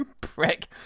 Prick